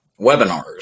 webinars